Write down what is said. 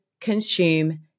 consume